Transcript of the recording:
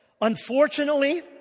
Unfortunately